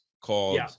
called